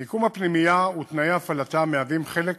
מיקום הפנימייה ותנאי הפעלתה מהווים חלק